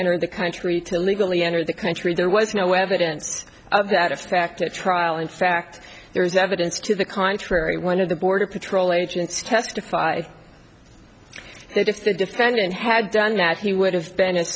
enter the country to illegally enter the country there was no evidence of that effect at trial in fact there is no evidence to the contrary one of the border patrol agents testified that if the defendant had done that he would have been